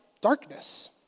darkness